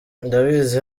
ndabizi